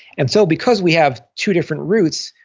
and so because we have two different routes,